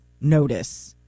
notice